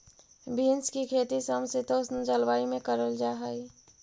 beans की खेती समशीतोष्ण जलवायु में करल जा हई